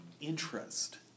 interest